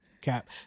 Cap